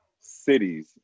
cities